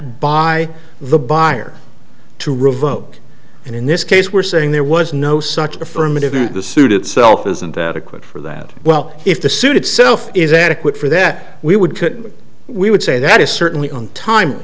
by the buyer to revoke and in this case we're saying there was no such affirmative in the suit itself isn't adequate for that well if the suit itself is adequate for that we would we would say that is certainly on time